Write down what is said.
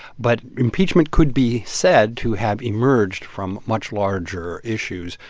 but impeachment could be said to have emerged from much larger issues,